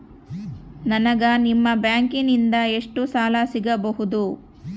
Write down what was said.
ನನಗ ನಿಮ್ಮ ಬ್ಯಾಂಕಿನಿಂದ ಎಷ್ಟು ಸಾಲ ಸಿಗಬಹುದು?